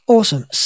Awesome